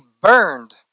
burned